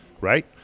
right